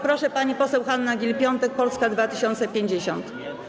Proszę, pani poseł Hanna Gill-Piątek, Polska 2050.